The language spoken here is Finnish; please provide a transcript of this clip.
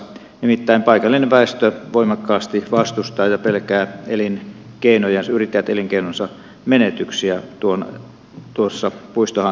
nimittäin paikallinen väestö voimakkaasti vastustaa ja pelkää yrittäjät elinkeinonsa menetyksiä tuossa puistohankkeessa